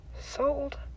Sold